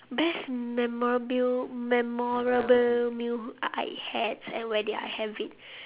best memorable meal memorable meal I had and where did I have it